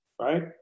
right